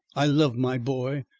i love my boy.